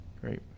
Great